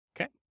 Okay